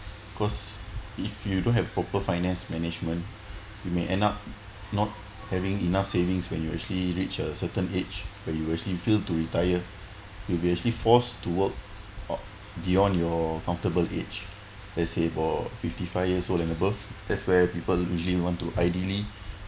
cause if you don't have proper finance management you may end up not having enough savings when you actually reach a certain age where you actually fail to retire you'll be actually forced to work out be on your comfortable age let's say about fifty five years old and above that's where people usually want to ideally